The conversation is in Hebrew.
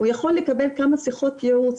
הוא יכול לקבל כמה שיחות ייעוץ,